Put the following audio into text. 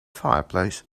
fireplace